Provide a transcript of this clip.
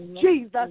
Jesus